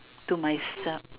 to myself